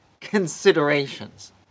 considerations